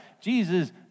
Jesus